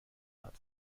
hat